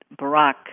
Barack